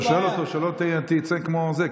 אתה שואל אותו, שלא תצא כמו זה.